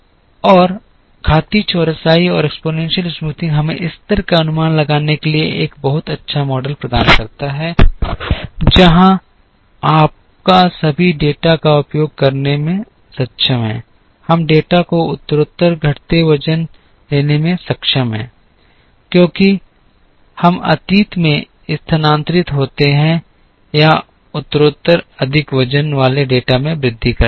और घातीय चौरसाई हमें स्तर का अनुमान लगाने के लिए एक बहुत अच्छा मॉडल प्रदान करता है जहां आपका सभी डेटा का उपयोग करने में सक्षम है हम डेटा को उत्तरोत्तर घटते वजन देने में सक्षम हैं क्योंकि हम अतीत में स्थानांतरित होते हैं या उत्तरोत्तर अधिक वजन वाले डेटा में वृद्धि करते हैं